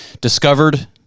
discovered